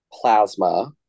Plasma